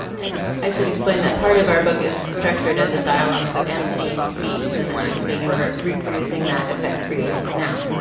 and i should explain that part of our book is structured as a dialog, so anthony speaks and then i speak and we're reproducing that effect for you now.